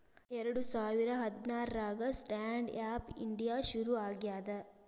ಎರಡ ಸಾವಿರ ಹದ್ನಾರಾಗ ಸ್ಟ್ಯಾಂಡ್ ಆಪ್ ಇಂಡಿಯಾ ಶುರು ಆಗ್ಯಾದ